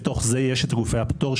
בתוך זה יש גופי הפטור,